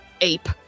Ape